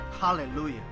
hallelujah